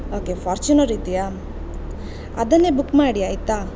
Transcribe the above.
okay Fortuner ಇದೆಯಾ ಅದನ್ನೇ book ಮಾಡಿ ಆಯಿತಾ